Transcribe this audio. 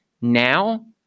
Now